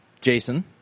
Jason